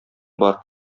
бар